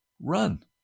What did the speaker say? Run